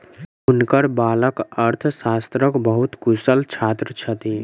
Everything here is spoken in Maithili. हुनकर बालक अर्थशास्त्रक बहुत कुशल छात्र छथि